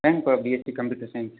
ஏங்கப்பா BSc computer science